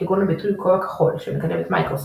כגון הביטוי "כובע כחול" שמקדמת מיקרוסופט,